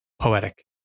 Poetic